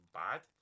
bad